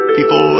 People